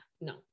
no